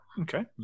Okay